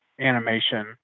animation